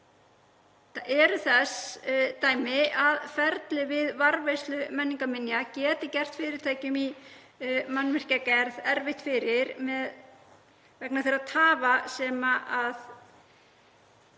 það eru dæmi þess að ferlið við varðveislu menningarminja geti gert fyrirtækjum í mannvirkjagerð erfitt fyrir vegna þeirra tafa sem það